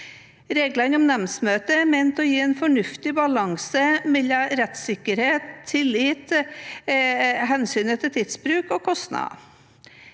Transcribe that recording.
Reglene om nemndmøter er ment å gi en fornuftig balanse mellom rettssikkerhet, tillit, hensynet til tidsbruk og kostnader.